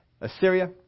Assyria